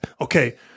okay